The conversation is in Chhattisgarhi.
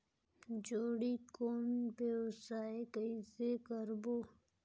जोणी कौन व्यवसाय कइसे करबो?